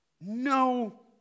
No